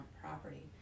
property